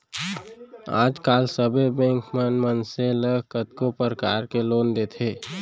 आज काल सबे बेंक मन मनसे मन ल कतको परकार के लोन देथे